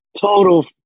total